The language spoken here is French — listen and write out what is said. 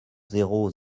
zéro